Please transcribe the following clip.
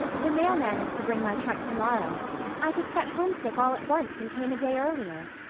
the mailman is to bring my trunk tomorrow i just got homesick all at once, and came a day earlier.